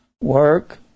Work